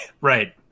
right